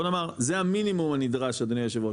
בוא נאמר זה המינימום הנדרש אדוני היושב ראש,